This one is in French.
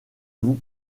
vous